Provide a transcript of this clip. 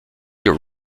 your